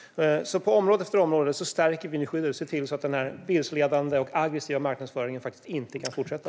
På område efter område stärker vi nu skyddet och ser till att den vilseledande och aggressiva marknadsföringen faktiskt inte kan fortsätta.